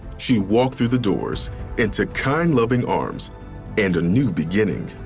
she walked through the doors into kind, loving arms and a new beginning.